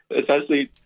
essentially